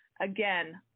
Again